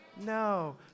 No